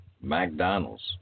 McDonald's